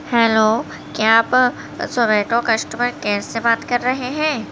hello کیا آپ Zomato customer care سے بات کر رہے ہیں